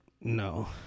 No